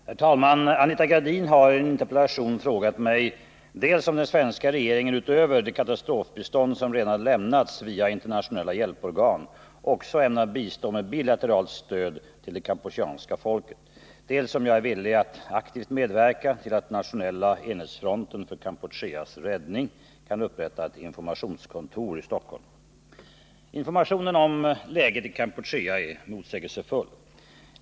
Herr talman! Anita Gradin har i en interpellation frågat mig dels om den svenska regeringen utöver det katastrofbistånd som redan lämnats via internationella hjälporgan också ämnar bistå med bilateralt stöd till det kampucheanska folket, dels om jag är villig att aktivt medverka till att Nationella enhetsfronten för Kampucheas räddning kan upprätta ett informationskontor i Stockholm. Informationen om läget i Kampuchea är motsägelsefull.